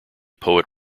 poet